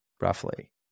roughly